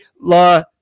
la